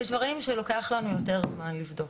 ויש דברים שלוקח לנו יותר זמן לבדוק.